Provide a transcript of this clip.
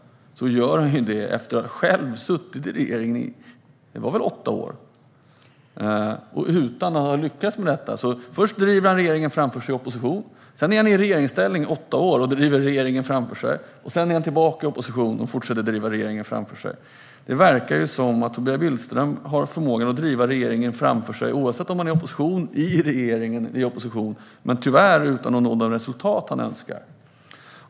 Det säger han efter att själv ha suttit i regeringen i åtta år - det var väl åtta år? - utan att ha lyckats med det. Först driver han regeringen framför sig i opposition. Sedan är han i regeringsställning i åtta år och driver regeringen framför sig. Sedan är han tillbaka i opposition och fortsätter att driva regeringen framför sig. Det verkar som att Tobias Billström har förmågan att driva regeringen framför sig oavsett om han är i opposition eller i regeringen, men tyvärr utan att nå de resultat han önskar.